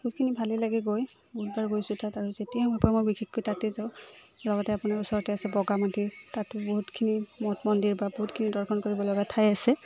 বহুখিনি ভালেই লাগে গৈ বহুত বাৰ গৈছো তাত আৰু যেতিয়া সময় পাওঁ মই বিশেষকৈ তাতেই যাওঁ লগতে আপোনাৰ ওচৰতে আছে বগামাটি তাতো বহুতখিনি মঠ মন্দিৰ বা বহুতখিনি দৰ্শন কৰিব লগা ঠাই আছে